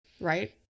Right